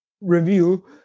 review